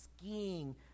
skiing